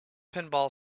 pinball